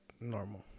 normal